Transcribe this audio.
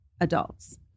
adults